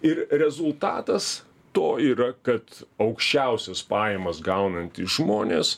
ir rezultatas to yra kad aukščiausias pajamas gaunantys žmonės